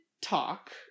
talk